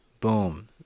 boom